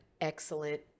excellent